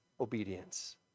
obedience